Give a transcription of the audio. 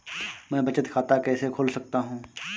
मैं बचत खाता कैसे खोल सकता हूँ?